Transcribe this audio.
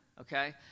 Okay